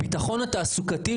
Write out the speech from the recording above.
הבטחון התעסוקתי,